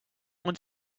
want